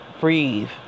breathe